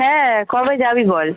হ্যাঁ কবে যাবি বল